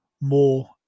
more